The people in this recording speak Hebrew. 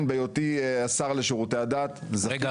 בהיותי השר לשירותי הדת --- רגע,